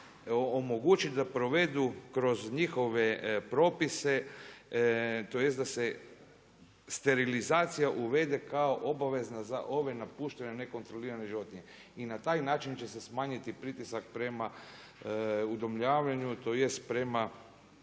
omogući da provedu kroz njihove propise tj. da se sterilizacija uvede kao obavezna za ove napuštene nekontrolirane životinje i na taj način će se smanjiti pritisak prema udomljavanju tj. prema